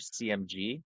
CMG